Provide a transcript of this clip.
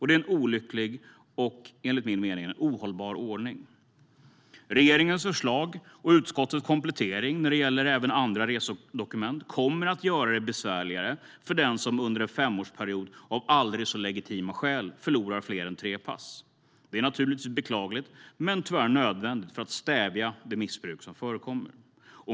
Det är en olycklig och, enligt min mening, ohållbar ordning. Regeringens förslag och utskottets komplettering när det gäller även andra resedokument kommer att göra det besvärligare för den som under en femårsperiod, av aldrig så legitima skäl, förlorar fler än tre pass. Det är naturligtvis beklagligt men tyvärr nödvändigt för att stävja det missbruk som förekommer.